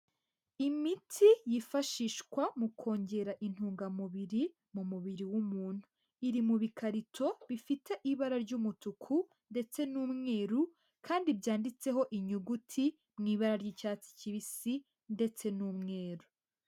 Imiti yifashishwa mu kongera intungamubiri mu mubiri w'umuntu. Iri mu bikarito bifite ibara ry'umutuku ndetse n'umweru kandi byanditseho inyuguti mu ibara ry'icyatsi kibisi ndetse n'umweru.